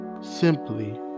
simply